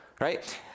right